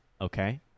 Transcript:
Okay